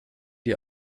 die